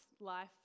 life